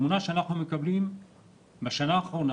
התמונה שאנחנו מקבלים בשנה האחרונה,